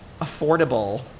affordable